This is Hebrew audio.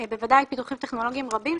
בוודאי פיתוחים טכנולוגיים רבים,